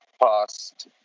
past